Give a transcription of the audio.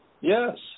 Yes